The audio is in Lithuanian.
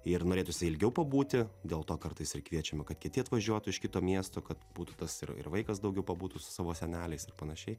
ir norėtųsi ilgiau pabūti dėl to kartais ir kviečiame kad kiti atvažiuotų iš kito miesto kad būtų tas ir ir vaikas daugiau pabūtų su savo seneliais ir panašiai